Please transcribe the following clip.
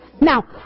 Now